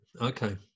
Okay